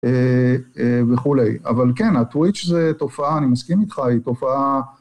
וכולי. אבל כן, ה"טוויץ'" זה תופעה, אני מסכים איתך, היא תופעה...